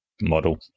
model